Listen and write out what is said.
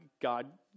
God